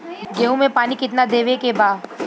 गेहूँ मे पानी कितनादेवे के बा?